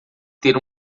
ter